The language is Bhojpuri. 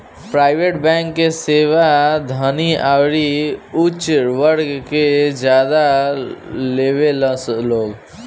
प्राइवेट बैंक के सेवा धनी अउरी ऊच वर्ग के ज्यादा लेवेलन लोग